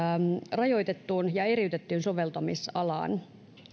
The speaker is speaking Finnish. rajoitettuun ja eriytettyyn soveltamisalaan